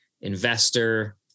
investor